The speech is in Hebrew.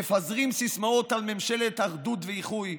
מפזרים סיסמאות על ממשלת אחדות ואיחוי,